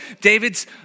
David's